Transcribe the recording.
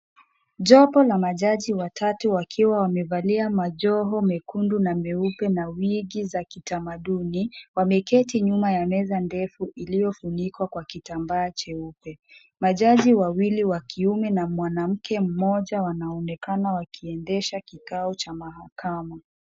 Jopo la majaji watatu wakiwa wamevalia majoho mekunde na meupe na wigi za kitamaduni wameketi nyuma ya meza ndefu iliyofunikwa kwa kitambaa jeupe, majaji wawili wakiume na mwanamke mmoja wanaonekana wakiendesha kikao cha mahakama.